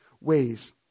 ways